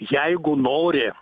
jeigu nori